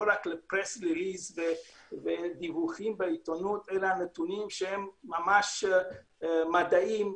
רק בדיווחים לעיתונות אלא נתונים שהם ממש מדעיים,